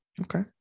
Okay